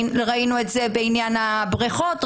ראינו את זה בעניין הבריכות,